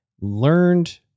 Learned